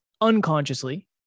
unconsciously